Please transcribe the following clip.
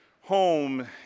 home